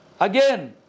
Again